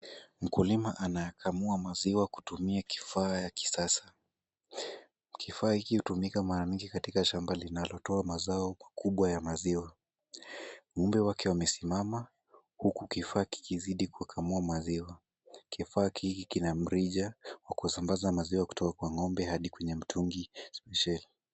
Mkulima anakamua maziwa kutumia kifaa ya kisasa. Kifaa hiki hutumika mara mingi katika shamba linalo toa mazao kubwa ya maziwa. Ng'ombe wake wamesimama huku kifaa kikizidi kukamua maziwa. Kifaa hiki kina mrija wa kusambaza maziwa kutoka kwenye ng'ombe hadi kwenye mtungi spesheli.